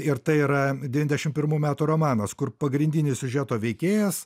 ir tai yra dvidešim pirmų metų romanas kur pagrindinis siužeto veikėjas